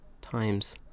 times